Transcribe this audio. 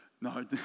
No